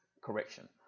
correction